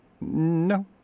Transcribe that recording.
No